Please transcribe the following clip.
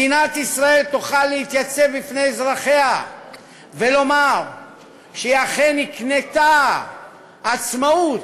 מדינת ישראל תוכל להתייצב בפני אזרחיה ולומר שהיא אכן הקנתה עצמאות